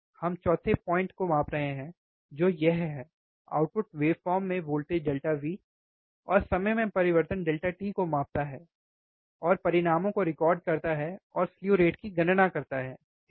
हम चौथे पोइंट को माप रहे हैं जो यह है आउटपुट वेवफ़ोर्म में वोल्टेज V और समय में परिवर्तन t को मापता है और परिणामों को रिकॉर्ड करता है और स्लु रेट की गणना करता है ठीक है